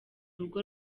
rugo